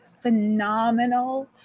phenomenal